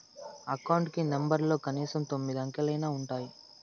account కి నెంబర్లలో కనీసం తొమ్మిది అంకెలైనా ఉంటాయి